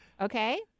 okay